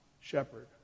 shepherd